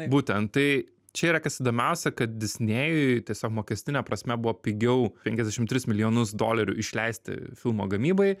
būtent tai čia yra kas įdomiausia kad disnėjui tiesiog mokestine prasme buvo pigiau penkiasdešimt tris milijonus dolerių išleisti filmo gamybai